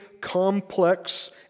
complex